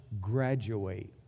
graduate